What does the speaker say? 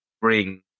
bring